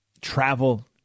travel